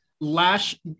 Lash